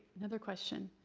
another question.